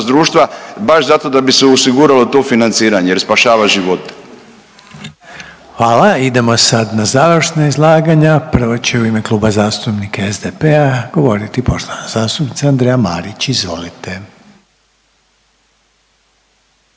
društva baš zato da bi se osiguralo to financiranje jer spašava živote. **Reiner, Željko (HDZ)** Hvala. Idemo sad na završna izlaganja. Prvo će u ime kluba zastupnika SDP-a govoriti poštovana zastupnica Andreja Marić. Izvolite.